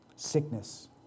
Sickness